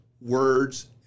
words